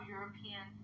European